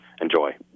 enjoy